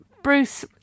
Bruce